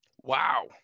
wow